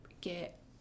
get